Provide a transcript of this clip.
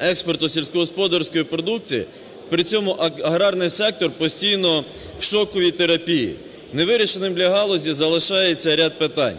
експорту сільськогосподарської продукції, при цьому аграрний сектор постійно в шоку від терапії. Невирішеними для галузі залишається ряд питань.